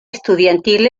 estudiantil